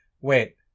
Wait